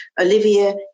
Olivia